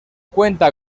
cuenta